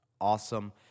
awesome